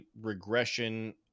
regression